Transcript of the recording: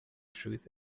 truth